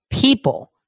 people